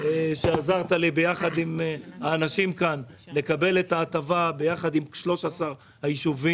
עזרת לי יחד עם האנשים שנמצאים כאן לקבל את ההטבה יחד עם 13 היישובים.